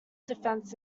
defence